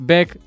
Back